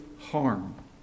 harm